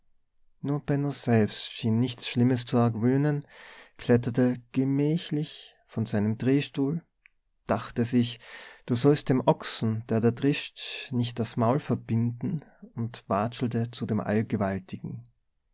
selbst schien nichts schlimmes zu argwöhnen kletterte gemächlich von seinem drehstuhl dachte sich du sollst dem ochsen der da drischt nicht das maul verbinden und watschelte zu dem allgewaltigen